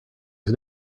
was